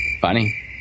funny